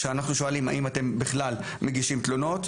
כשאנחנו שואלים האם הם בכלל מגישים תלונות,